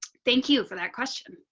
thank you for that question